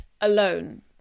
alone